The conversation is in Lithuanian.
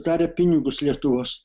darė pinigus lietuvos